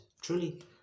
Truly